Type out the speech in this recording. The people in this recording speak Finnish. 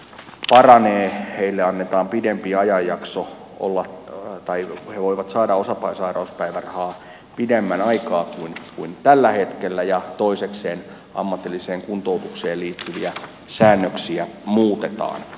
sitä että osasairauspäivärahaa saavien tilanne paranee he voivat saada osasai rauspäivärahaa pidemmän aikaa kuin tällä hetkellä ja toisekseen ammatilliseen kuntoutukseen liittyviä säännöksiä muutetaan